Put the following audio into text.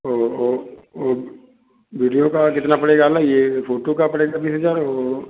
वो वो वो वीडियो का कितना पड़ेगा अलग ये फोटो का पड़ेगा बीस हजार वो